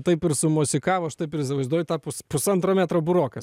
taip ir sumosikavo aš taip ir įsivaizduoju tą pus pusantro metro burokas